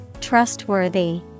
trustworthy